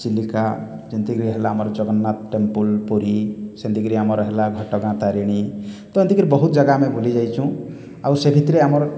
ଚିଲିକା ଯେମିତିକରି ହେଲା ଆମର ଜଗନ୍ନାଥ ଟେମ୍ପଲ୍ ପୁରୀ ସେମିତିକରି ଆମର ହେଲା ଘଟଗାଁ ତାରିଣୀ ତ ଏମିତିକରି ବହୁତ ଜାଗା ଆମେ ବୁଲିଯାଇଚୁଁ ଆଉ ସେ ଭିତରେ ଆମର